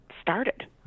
started